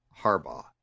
harbaugh